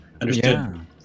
Understood